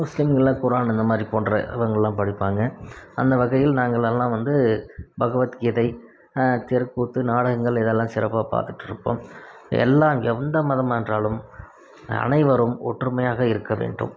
முஸ்லீம்கள் குரான் இந்த மாதிரி போன்ற விவரங்களெலாம் படிப்பாங்க அந்த வகையில் நாங்களெல்லாம் வந்து பகவத்கீதை தெருக்கூத்து நாடகங்கள் இதெல்லாம் சிறப்பாக பார்த்துட்டுருப்போம் எல்லாம் எந்த மதமாக என்றாலும் அனைவரும் ஒற்றுமையாக இருக்க வேண்டும்